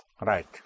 Right